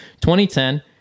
2010